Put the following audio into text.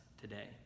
today